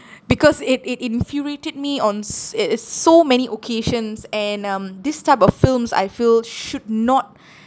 because it it infuriated me ons it is so many occasions and um this type of films I feel should not